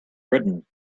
britain